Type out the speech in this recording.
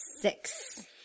Six